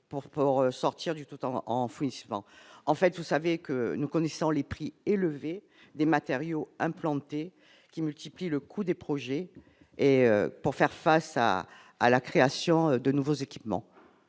pour sortir du tout en enfouissement en fait, vous savez que nous connaissons les prix élevés des matériaux implanté qui multiplie le coût des projets et pour faire face à à la création de nouveaux équipements,